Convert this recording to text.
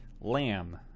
lamb